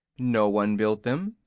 no one built them,